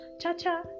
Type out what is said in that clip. Cha-cha